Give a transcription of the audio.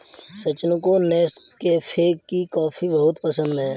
सचिन को नेस्कैफे की कॉफी बहुत पसंद है